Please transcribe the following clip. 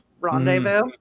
rendezvous